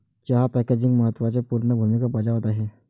चहा पॅकेजिंग महत्त्व पूर्ण भूमिका बजावत आहे